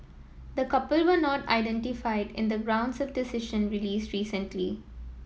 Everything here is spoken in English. the couple were not identified in the gounds of decision released recently